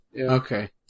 Okay